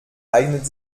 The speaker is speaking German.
eignet